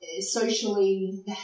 socially